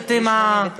משותפת עם היושבת-ראש,